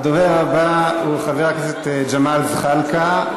הדובר הבא הוא חבר הכנסת ג'מאל זחאלקה.